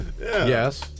Yes